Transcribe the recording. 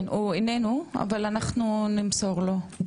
כן, הוא איננו, אבל אנחנו נמסור לו.